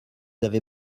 avez